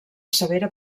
severa